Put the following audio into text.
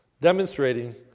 demonstrating